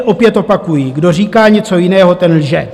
Opět opakuji kdo říká něco jiného, ten lže!